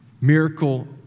miracle